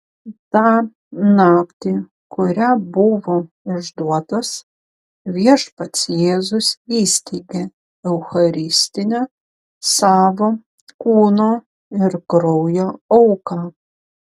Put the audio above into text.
tą naktį kurią buvo išduotas viešpats jėzus įsteigė eucharistinę savo kūno ir kraujo auką